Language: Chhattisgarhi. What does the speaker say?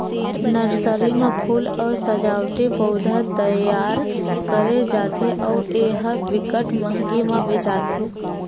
नरसरी म फूल अउ सजावटी पउधा तइयार करे जाथे अउ ए ह बिकट मंहगी म बेचाथे